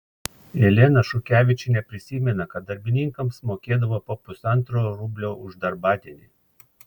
elena šukevičienė prisimena kad darbininkams mokėdavo po pusantro rublio už darbadienį